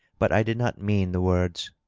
but i did not mean the words.